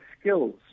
skills